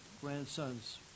grandson's